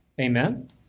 amen